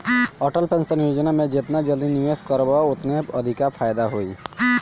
Atal pension Yojana में जेतना जल्दी निवेश करबअ ओतने अधिका फायदा होई